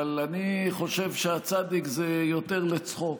אבל אני חושב שהצ' זה יותר ל"צחוק".